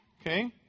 okay